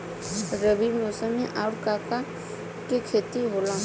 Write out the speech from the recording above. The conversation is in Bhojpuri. रबी मौसम में आऊर का का के खेती होला?